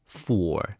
four